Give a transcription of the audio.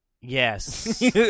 Yes